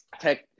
tech